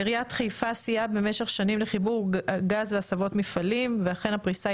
עיריית חיפה סייעה במשך שנים לחיבור גז והסבות מפעלים ואכן הפריסה